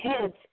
kids